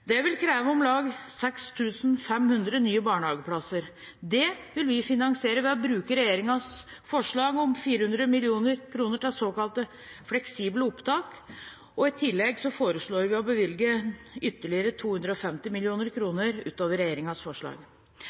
Dette vil kreve om lag 6 500 nye barnehageplasser. Det vil vi finansiere ved å bruke regjeringens forslag om 400 mill. kr til såkalt fleksible opptak. I tillegg foreslår vi å bevilge ytterligere 250 mill. kr utover regjeringens forslag.